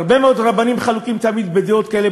הרבה מאוד רבנים חלוקים תמיד בדעות כאלה,